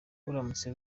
buramutse